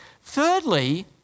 Thirdly